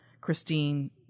Christine